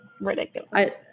ridiculous